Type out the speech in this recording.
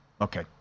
Okay